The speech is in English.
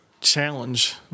challenge